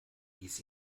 wies